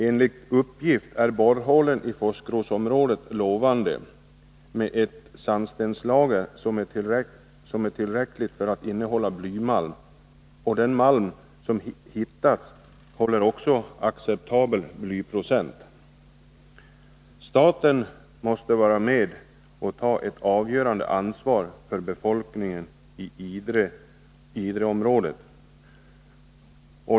Enligt uppgift är borrhålen i Foskrosområdet lovande. Där finns ett sandstenslager som är tillräckligt för att ge blymalm. Och den malm som hittats håller också en acceptabel blyprocent. Staten måste vara med och ta ett avgörande ansvar för befolkningen i Idreområdet.